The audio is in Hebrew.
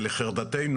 לחרפתנו,